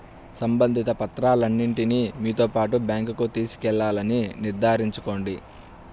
సంబంధిత పత్రాలన్నింటిని మీతో పాటు బ్యాంకుకు తీసుకెళ్లాలని నిర్ధారించుకోండి